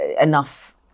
enough